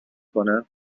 کنه